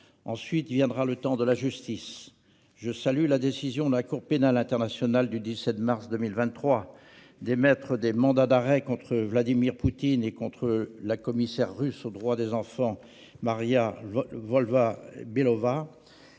Ensuite viendra le temps de la justice. Je salue la décision de la Cour pénale internationale (CPI) du 17 mars 2023 d'émettre des mandats d'arrêt contre Vladimir Poutine et contre la commissaire russe aux droits des enfants, Maria Lvova-Belova.